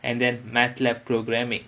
and then matlab programming